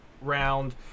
round